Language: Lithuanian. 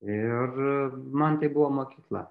ir man tai buvo mokykla